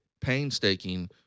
painstaking